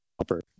upper